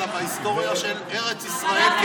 אלא בהיסטוריה של ארץ ישראל,